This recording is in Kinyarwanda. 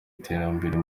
iterambere